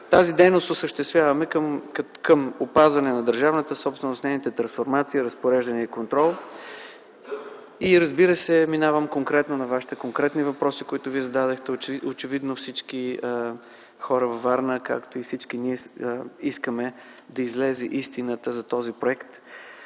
Тази дейност осъществяваме към опазване на държавната собственост, нейната трансформация, разпореждане и контрол. Разбира се, минавам към Вашите конкретни въпроси, които Вие зададохте. Очевидно е, че всички хора във Варна, както и всички искаме да излезе истината за този проект,